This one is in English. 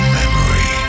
memory